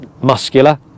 muscular